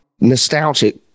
nostalgic